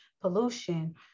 pollution